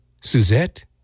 Suzette